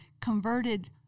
converted